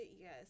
yes